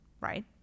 right